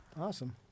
Awesome